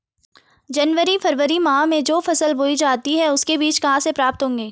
जनवरी फरवरी माह में जो फसल बोई जाती है उसके बीज कहाँ से प्राप्त होंगे?